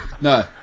no